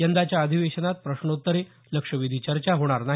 यंदाच्या अधिवेशनात प्रश्नोत्तरे लक्षवेधी चर्चा होणार नाही